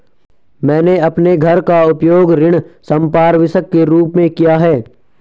मैंने अपने घर का उपयोग ऋण संपार्श्विक के रूप में किया है